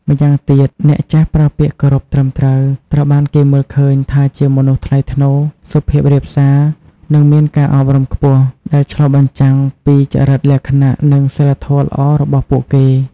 ម្យ៉ាងទៀត អ្នកចេះប្រើពាក្យគោរពត្រឹមត្រូវ ត្រូវបានគេមើលឃើញថាជាមនុស្សថ្លៃថ្នូរ សុភាពរាបសា និងមានការអប់រំខ្ពស់ ដែលឆ្លុះបញ្ចាំងពីចរិតលក្ខណៈនិងសីលធម៌ល្អរបស់ពួកគេ។